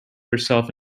herself